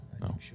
no